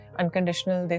unconditional